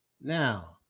now